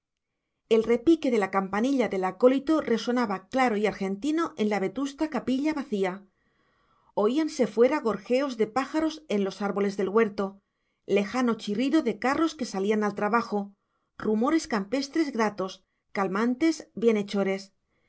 el repique de la campanilla del acólito resonaba claro y argentino en la vetusta capilla vacía oíanse fuera gorjeos de pájaros en los árboles del huerto lejano chirrido de carros que salían al trabajo rumores campestres gratos calmantes bienhechores